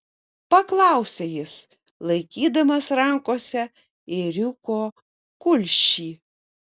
paklausė jis laikydamas rankose ėriuko kulšį